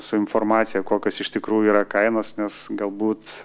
su informacija kokios iš tikrųjų yra kainos nes galbūt